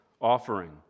offering